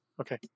Okay